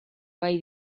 gai